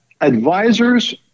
advisors